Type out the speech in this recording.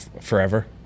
Forever